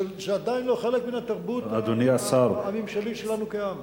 זה עדיין לא חלק מן התרבות הממשלית שלנו כעם,